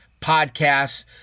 podcasts